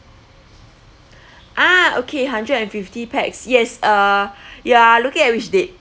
ah okay hundred and fifty pax yes uh ya looking at which date